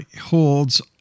holds